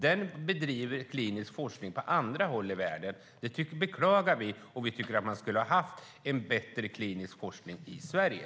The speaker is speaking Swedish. Man bedriver klinisk forskning på andra håll i världen. Det beklagar vi. Vi tycker att man skulle ha haft en bättre klinisk forskning i Sverige.